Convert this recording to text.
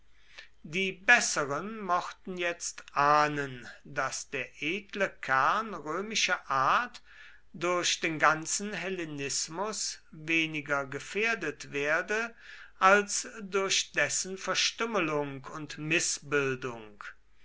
die besseren mochten jetzt ahnen daß der edle kern römischer art durch den ganzen hellenismus weniger gefährdet werde als durch dessen verstümmelung und